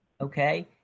okay